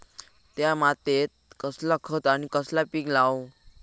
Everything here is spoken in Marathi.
त्या मात्येत कसला खत आणि कसला पीक लाव?